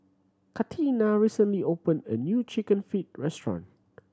Katina recently opened a new Chicken Feet restaurant